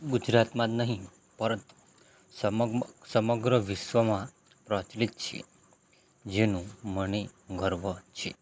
ગુજરાતમાં જ નહીં પરંતુ સમગ્ર સમગ્ર વિશ્વમાં પ્રચલીત છે જેનું મને ગર્વ છે